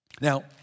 Now